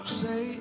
say